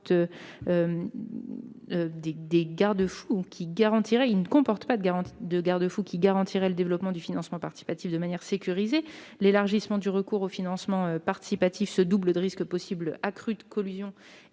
ne comporte pas de garde-fous qui garantiraient le développement du financement participatif de manière sécurisée. En effet, l'élargissement du recours au financement participatif se double de risques possiblement accrus de collusion